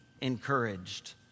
encouraged